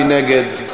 מי נגד?